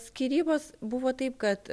skyrybos buvo taip kad